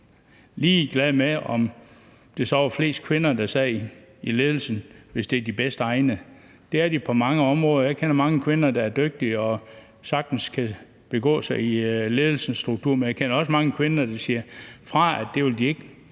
ligeglad med, om det så var flest kvinder, der sad i ledelsen, hvis det var de bedst egnede. Det er de på mange områder. Jeg kender mange kvinder, der er dygtige og sagtens kan begå sig i ledelsesstrukturen, men jeg kender også mange kvinder, der siger fra. Det vil de ikke;